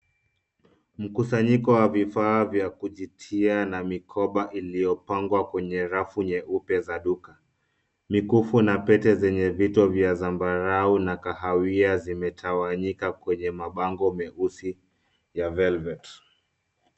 Mkusanyiko wa vifaa vya kujitia na mikoba iliyo pangwa kwenye rafu nyeupe za duka . Mikufu na pete zenye vitu za zambarau na kahawia zimetawanyika kwenye mabango meusi ya velvet.